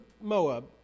Moab